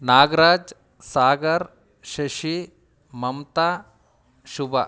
Nagraj Sagar Shashi Mamta Shubha